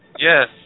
Yes